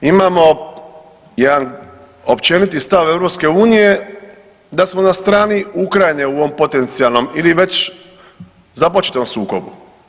Imamo jedan općeniti stav EU da smo na strani Ukrajine u ovom potencijalom ili već započetom sukobu.